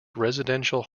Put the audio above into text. residential